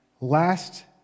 last